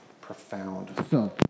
profound